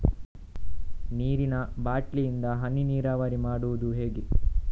ನೀರಿನಾ ಬಾಟ್ಲಿ ಇಂದ ಹನಿ ನೀರಾವರಿ ಮಾಡುದು ಹೇಗೆ?